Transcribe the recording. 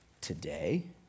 Today